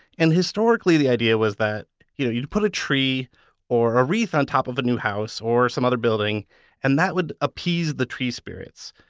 and historically the idea was that you know you'd put a tree or a wreath on top of a new house or some other building and that would appease the tree spirits.